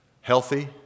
healthy